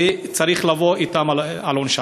וצריך להביא אותם על עונשם.